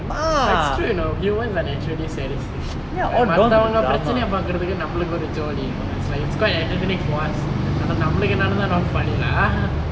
but it's true you know women are naturally sadistic மத்தவங்க பிரச்சணைய பாக்குரதுக்கு நம்பலுக்கு ஒரு:maththavangga pirachanaiya paakurathukku oru jolly you know is like it's quite entertaining for us ஆனா நம்பலுக்கு நடந்தா:nambalukku nadanthaa not funny lah